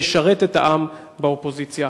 נשרת את העם באופוזיציה.